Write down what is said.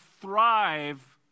thrive